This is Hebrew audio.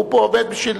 הוא פה עומד בשביל,